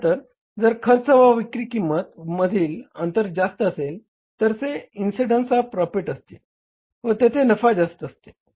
त्यानंतर जर खर्च व विक्री किंमती मधील अंतर जास्त असेल तर ते इन्सिडेंन्स ऑफ प्रॉफिट असते व तेथे नफा जास्त असते